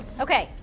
ok,